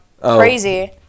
Crazy